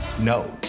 no